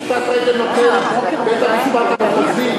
פשיטת רגל נותן בית-המשפט המחוזי,